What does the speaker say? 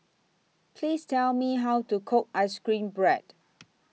Please Tell Me How to Cook Ice Cream Bread